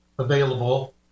available